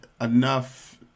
enough